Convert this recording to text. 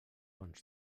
bon